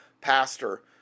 Pastor